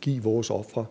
give vores ofre,